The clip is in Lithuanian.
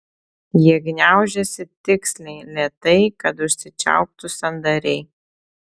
jie gniaužiasi tiksliai lėtai kad užsičiauptų sandariai